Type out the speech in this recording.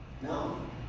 No